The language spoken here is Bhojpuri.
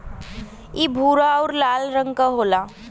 इ भूरा आउर लाल रंग क होला